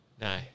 No